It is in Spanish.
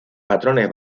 patrones